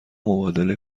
مبادله